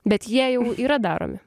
bet jie jau yra daromi